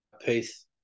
Peace